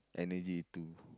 energy to